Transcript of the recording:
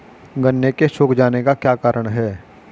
गन्ने के सूख जाने का क्या कारण है?